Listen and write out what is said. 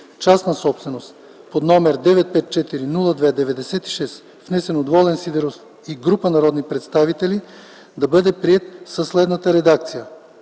частна собственост, № 954-02-96, внесен от Волен Сидеров и група народни представители, да бъде приет със следната редакция: